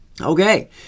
okay